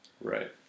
right